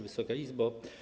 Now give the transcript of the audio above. Wysoka Izbo!